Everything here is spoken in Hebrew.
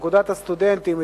באגודת הסטודנטים,